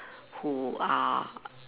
who are